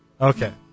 okay